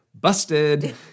busted